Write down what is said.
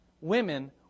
women